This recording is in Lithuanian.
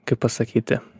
kaip pasakyti